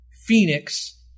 Phoenix